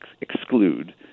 exclude